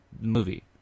movie